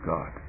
God